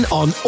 on